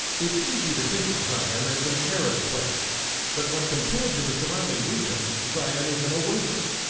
it's easy to think of zion as an arid place but when compared to the surrounding region zion is an oasis.